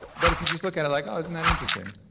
but if you just look at it like, oh, isn't that interesting?